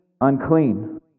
unclean